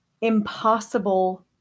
impossible